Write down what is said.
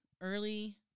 early